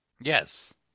Yes